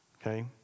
okay